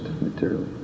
materially